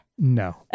No